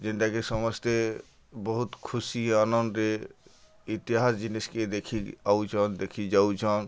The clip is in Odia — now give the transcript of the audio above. ଯେନ୍ତାକି ସମସ୍ତେ ବହୁତ୍ ଖୁସି ଆନନ୍ଦ୍ରେ ଇତିହାସ୍ ଜିନିଷ୍କେ ଦେଖି ଆଉଚନ୍ ଦେଖିକି ଯାଉଛନ୍